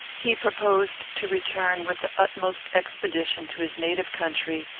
he proposed to return with the utmost expedition to his native country,